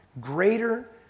Greater